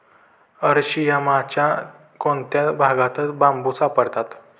अरशियामाच्या कोणत्या भागात बांबू सापडतात?